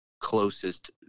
closest